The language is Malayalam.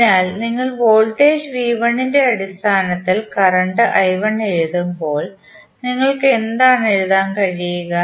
അതിനാൽ നിങ്ങൾ വോൾട്ടേജ് ന്റെ അടിസ്ഥാനത്തിൽ കറണ്ട് I1 എഴുതുമ്പോൾ നിങ്ങൾക്ക് എന്താണ് എഴുതാൻ കഴിയുക